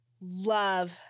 love